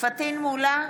פטין מולא,